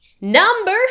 Number